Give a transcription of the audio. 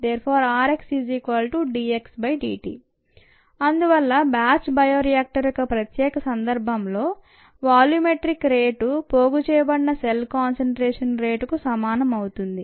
〖rxVrgVdxdt rxdxdt అందువల్ల batch bioreactor యొక్క ప్రత్యేక సందర్భంలో వాల్యూంట్రిక్ రేటు పోగుచేయబడినసెల్ కాన్సంట్రేషన్ రేటుకు సమానం అవుతుంది